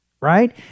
right